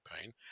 pain